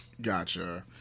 Gotcha